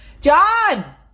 John